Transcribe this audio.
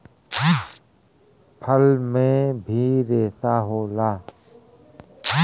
फल में भी रेसा होला